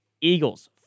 Eagles